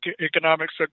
economics